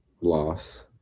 Loss